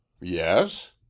Yes